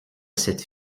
cette